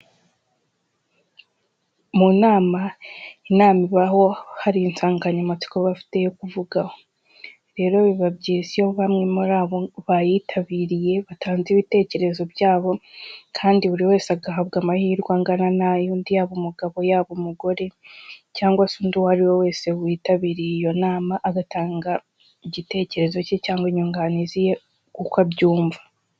Mu nama, inama ibaho hari insanganyamatsiko bafite yo kuvugaho. Rero biba byiza iyo bamwe muri abo bayitabiriye batanze ibitekerezo byabo, kandi buri wese agahabwa amahirwe angana n'ayundi yaba umugabo yaba umugore, cyangwa se undi uwo ari we wese witabiriye iyo nama, agatanga igitekerezo cye cyangwa inyunganizi ye uko abyumva.